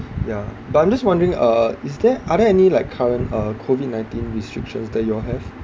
ya but I'm just wondering uh is there are there any like current uh COVID nineteen restrictions that you all have